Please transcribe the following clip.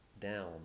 down